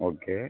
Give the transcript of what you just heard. okay